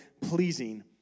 pleasing